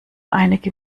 einige